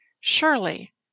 Surely